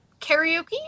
karaoke